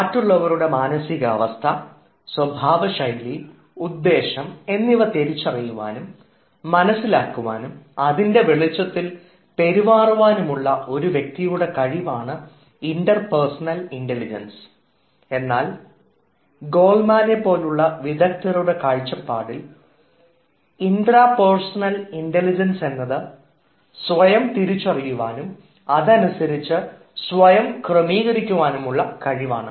മറ്റുള്ളവരുടെ മാനസികാവസ്ഥ സ്വഭാവശൈലി ഉദ്ദേശം എന്നിവ തിരിച്ചറിയുവാനും മനസ്സിലാക്കുവാനും അതിൻറെ വെളിച്ചത്തിൽ പെരുമാറുവാനുമുള്ള ഒരു വ്യക്തിയുടെ കഴിവാണ് ഇന്റർപർസണൽ ഇൻറലിജൻസ് എന്നാൽ ഗോൾഡ്മാനെ പോലുള്ള വിദഗ്ധരുടെ കാഴ്ചപ്പാടിൽ ഇന്റാപർസണൽ ഇൻറലിജൻസ് എന്നത് സ്വയം അറിയുവാനും അതനുസരിച്ച് സ്വയം ക്രമീകരിക്കുവാനുമുള്ള കഴിവാണ്